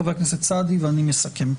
אחריו חבר הכנסת סעדי, ואני מסכם.